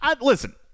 listen